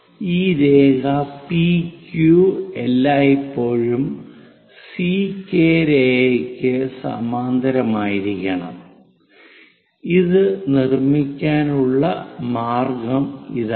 ഈ രേഖ P Q എല്ലായ്പ്പോഴും സി കെ രേഖക്ക് സമാന്തരമായിരിക്കണം ഇത് നിർമ്മിക്കാനുള്ള മാർഗ്ഗം ഇതാണ്